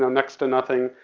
next to nothing.